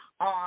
on